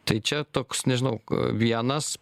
tai čia toks nežinau vienas